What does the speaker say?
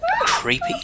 creepy